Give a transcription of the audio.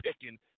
picking